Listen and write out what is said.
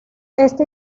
esta